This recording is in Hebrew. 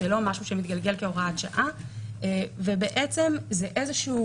זה לא משהו שמתגלגל כהוראת שעה ובעצם זה איזה שהוא